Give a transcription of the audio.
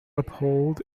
uphold